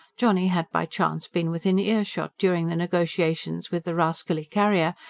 johnny had by chance been within earshot during the negotiations with the rascally carrier,